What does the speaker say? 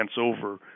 over